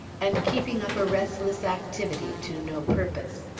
and keeping up a restless activity to no purpose.